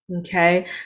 Okay